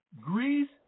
Greece